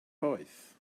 boeth